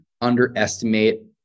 underestimate